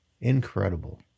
Incredible